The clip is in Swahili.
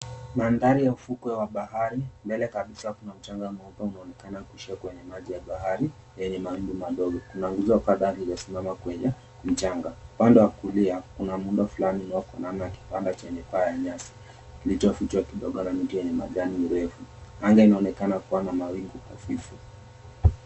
Mandhari ya ufukwe wa bahari mbele kabisa kuna mchanga mweupe unaonekana kuishia kwenye maji ya bahari yenye mawingu madogo. Kuna nguzo kadhaa limesimama kwenye mchanga. Upande wa kulia kuna muundo fulani unaofanana na kibanda chenye paa ya nyasi kilichofichwa kidogo na miti yenye majani mirefu. Anga inaonekana kuwa na mawingu hafifu.